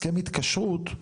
הסכם התקשרות,